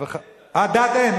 על דת אין.